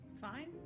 fine